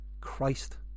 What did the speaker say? Christ